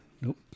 Nope